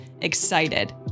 excited